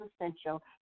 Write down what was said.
essential